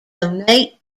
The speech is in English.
donate